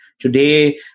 Today